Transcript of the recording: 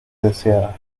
desear